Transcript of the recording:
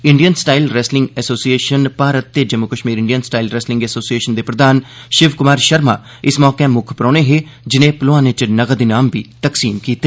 Indian style wrestling association Bharat ते Jammu Kashmir Indian style wrestling association दे प्रधान शिव क्मार शर्मा इस मौके मुक्ख परौहने हे जिने पलोआनें च नकद ईनाम बी तकसीम कीते